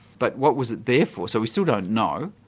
but what was it there for? so we still don't know.